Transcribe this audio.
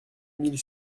mille